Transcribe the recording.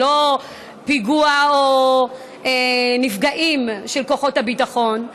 ולא פיגוע או נפגעים של כוחות הביטחון,